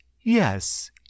Yes